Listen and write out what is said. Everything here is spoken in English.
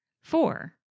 four